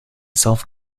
self